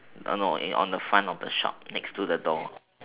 uh no on the front of the shop next to the door